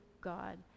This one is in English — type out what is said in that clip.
God